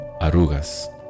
arrugas